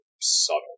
subtle